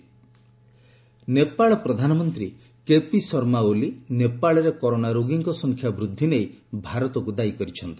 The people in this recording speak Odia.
ନେପାଳ କୋଭିଡ୍ ନେପାଳ ପ୍ରଧାନମନ୍ତ୍ରୀ କେପି ଶର୍ମା ଓଲି ନେପାଳରେ କରୋନା ରୋଗୀଙ୍କ ସଂଖ୍ୟା ବୃଦ୍ଧି ନେଇ ଭାରତକୁ ଦାୟୀ କରିଛନ୍ତି